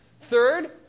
Third